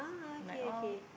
like all